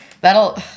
That'll